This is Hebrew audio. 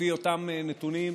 לפי אותם נתונים,